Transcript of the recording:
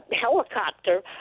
helicopter